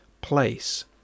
place